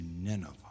Nineveh